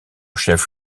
chef